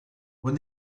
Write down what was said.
when